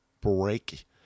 break